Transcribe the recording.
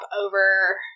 over